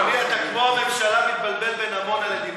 אתה, כמו הממשלה, מתבלבל בין עמונה לדימונה.